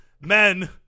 men